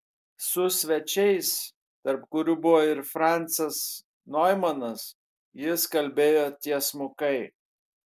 su svečiais tarp kurių buvo ir francas noimanas jis kalbėjo tiesmukai